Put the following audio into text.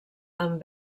amb